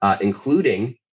including